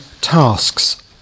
tasks